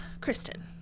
Kristen